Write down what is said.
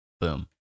boom